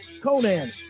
Conan